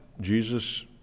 Jesus